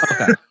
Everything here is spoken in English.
okay